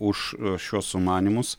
už šiuos sumanymus